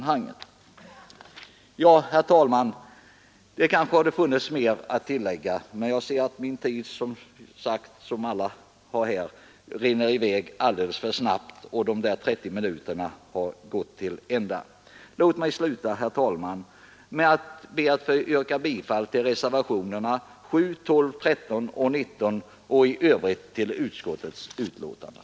Herr talman, det kanske hade funnits mer att säga, men jag ser att den begränsade tiden — som alla har — rinner i väg alldeles för snabbt, och de 30 minuterna har gått till ända. Låt mig sluta, herr talman, med att yrka bifall till reservationerna 7, 12, 13 och 19 vid inrikesutskottets betänkande nr 28 samt i övrigt till inrikesutskottets hemställan.